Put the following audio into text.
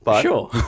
Sure